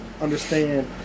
understand